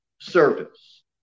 service